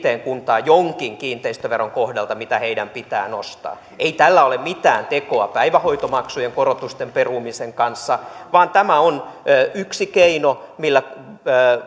kuntaan jonkin kiinteistöveron kohdalta mitä heidän pitää nostaa ei tällä ole mitään tekoa päivähoitomaksujen korotusten perumisen kanssa vaan tämä on yksi keino millä